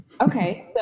Okay